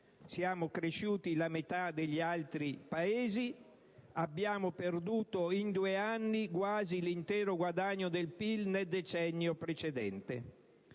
siamo cresciuti la metà degli altri Paesi e abbiamo perduto in due anni quasi l'intero guadagno del PIL nel decennio precedente.